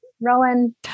Rowan